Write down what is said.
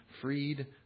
freed